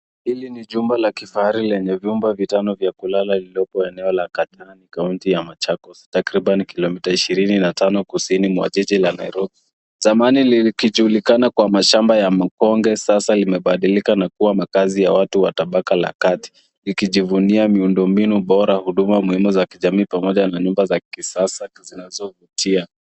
Hili ni chumba la kifahari lenye vitanda vya kulala, lililoko Newa Lakati, katika kaunti ya Machakos, takriban kilomita 25 kusini mwa jiji la Nairobi. Kwanza lilionekana kuwa ni shamba la mkonge, sasa limebadilika kuwa makazi ya watu wa tabaka la kati. Linafananishwa na miundombinu bora, huduma za kijamii, na nyumba za kisasa zinazofaa.